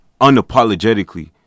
unapologetically